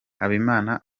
habimana